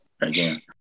again